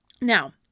Now